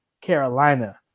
Carolina